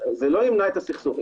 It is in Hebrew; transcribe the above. זה לא ימנע את הסכסוך.